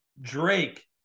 Drake